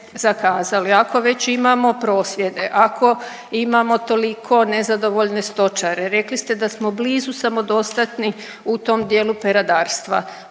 zakazali, ako već imamo prosvjede, ako imamo toliko nezadovoljne stočare, rekli ste da smo blizu samodostatni u tom dijelu peradarstva,